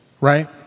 right